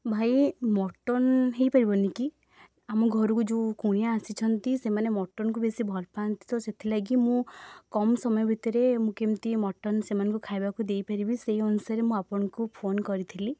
ଭାଇ ମଟନ୍ ହେଇପାରିବନି କି ଆମ ଘରକୁ ଯେଉଁ କୁଣିଆ ଆସିଛନ୍ତି ସେମାନେ ମଟନ୍କୁ ବେଶୀ ଭଲ ପାଆନ୍ତି ତ ସେଥିଲାଗି ମୁଁ କମ୍ ସମୟ ଭିତରେ ମୁଁ କେମତି ମଟନ୍ ସେମାନଙ୍କୁ ଖାଇବାକୁ ଦେଇପାରିବି ସେହି ଅନୁସାରେ ମୁଁ ଆପଣଙ୍କୁ ଫୋନ୍ କରିଥିଲି